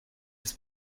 des